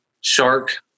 shark